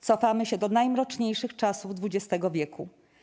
Cofamy się do najmroczniejszych czasów XX wieku.